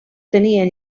tenien